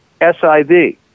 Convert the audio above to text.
SIV